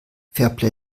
fairplay